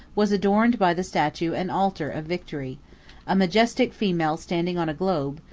was adorned by the statue and altar of victory a majestic female standing on a globe,